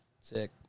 Sick